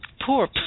poor